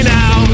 now